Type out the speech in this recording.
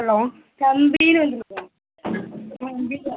hello seven பில்லாக வந்து இருக்கும்